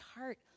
heart